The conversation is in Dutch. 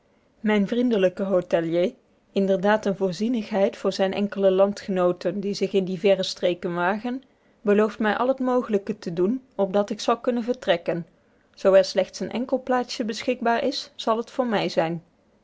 mijn vriendelijke hotelier inderdaad eene voorzienigheid voor zijne enkele landgenooten die zich in die verre streken wagen belooft mij al het mogelijke te doen opdat ik zal kunnen vertrekken zoo er slechts een enkel plaatsje beschikbaar is zal het voor mij zijn